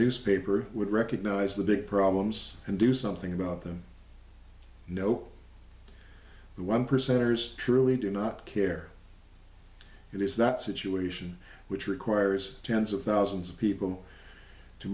newspaper would recognize the big problems and do something about them no one percenters truly do not care it is that situation which requires tens of thousands of people